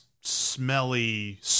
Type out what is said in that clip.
smelly